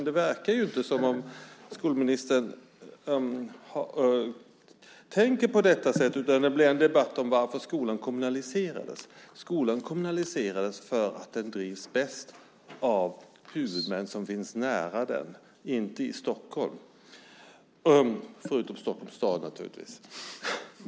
Det verkar inte som om skolministern tänker på detta sätt, utan det blir en debatt om varför skolan kommunaliserades. Skolan kommunaliserades därför att den drivs bäst av huvudmän som finns nära den, inte i Stockholm förutom Stockholms stad naturligtvis.